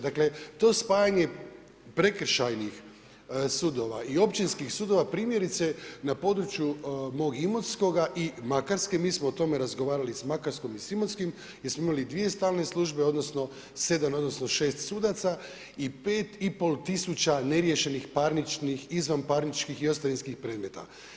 Dakle to spajanje prekršajnih sudova i općinskih sudova, primjerice na području mog Imotskoga i Makarske, mi smo o tome razgovarali sa Makarskom i s Imotskim, gdje smo imali 2 stalne službe, odnosno 7, odnosno 6 sudaca i 5,5 tisuća neriješenih parničnih, izvan parničnih i ostavinskih predmeta.